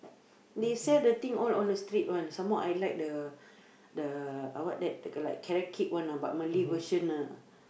they sell the thing all on the street some more I like the the uh what that the like carrot cake one ah but Malay version ah